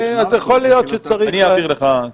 אני אעביר לך.